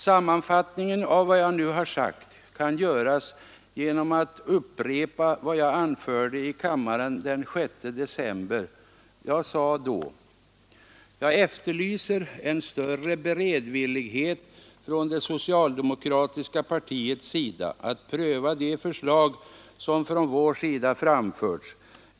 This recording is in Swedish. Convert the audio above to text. Sammanfattning av vad jag nu har sagt kan göras genom att upprepa vad jag anförde i kammaren den 6 december: Jag sade då: ”Jag efterlyser en större beredvillighet från det socialdemokratiska partiets sida att pröva de förslag som från vår sida framförts.